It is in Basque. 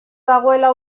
dagoela